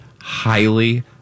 highly